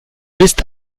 bist